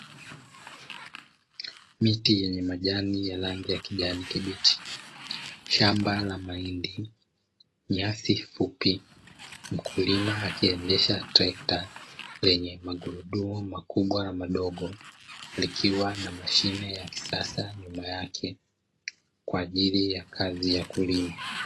Miti yenye majani ya rangi ya kijani kibichi, shamba la mahindi, nyasi fupi, mkulima akiendesha trekta lenye magurudumu makubwa na madogo likiwa na mashine ya kisasa nyuma yake kwa ajili ya kazi ya kulima.